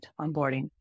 onboarding